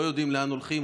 לא יודעים לאן הולכים,